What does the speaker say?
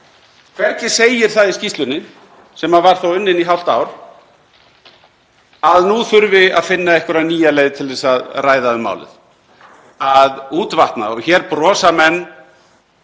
Hvergi segir það í skýrslunni, sem var þó unnin í hálft ár, að nú þurfi að finna einhverja nýja leið til að ræða um málið, að útvatna það — hér brosa menn